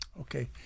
Okay